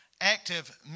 active